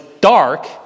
dark